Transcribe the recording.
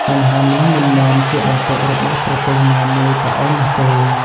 បញ្ហានេះមិនមែនជាបន្ទុករបស់ប្រទេសណាមួយតែឯងនោះទេ។